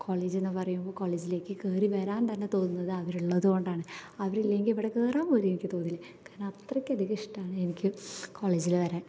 college എന്ന് പറയുമ്പോൾ കോളജിലേക്ക് കയറി വരാൻ തന്നെ തോന്നുന്നത് അവർ ഉള്ളതുകൊണ്ടാണ് അവരില്ലെങ്കിൽ ഇവിടെ കയറാൻ പോലും എനിക്ക് തോന്നില്ല കാരണം അത്രയ്ക്കധികം ഇഷ്ടമാണ് എനിക്ക് കോളേജില് വരാൻ